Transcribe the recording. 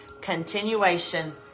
continuation